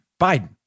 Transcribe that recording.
Biden